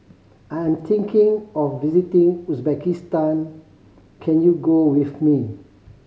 I'm thinking of visiting Uzbekistan can you go with me